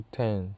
ten